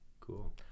Cool